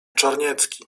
czarniecki